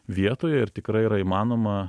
vietoj ir tikrai yra įmanoma